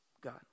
God